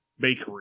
Bakery